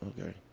okay